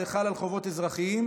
זה חל על חובות אזרחיים,